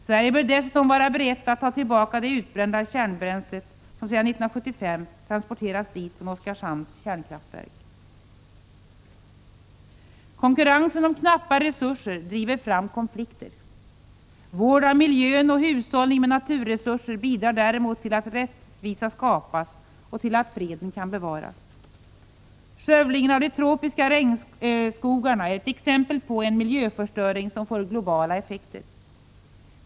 Sverige bör dessutom vara berett att ta tillbaka det utbrända kärnbränsle som sedan 1975 transporterats dit från Oskarshamns kärnkraftverk. Konkurrensen om knappa resurser driver fram konflikter. Vård av miljön och hushållning med naturresurser bidrar däremot till att rättvisa skapas och att freden kan bevaras. Skövlingen av de tropiska regnskogarna är ett exempel på en miljöförstöring som får globala effekter.